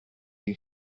you